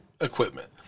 equipment